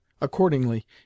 Accordingly